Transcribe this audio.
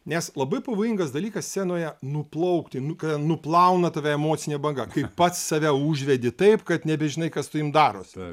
nes labai pavojingas dalykas scenoje nuplaukti nu kai nuplauna tave emocinė banga kai pats save užvedi taip kad nebežinai kas su tavim darosi